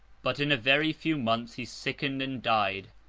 but in a very few months he sickened and died.